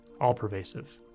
all-pervasive